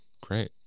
Great